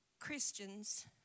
Christians